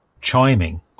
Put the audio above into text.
chiming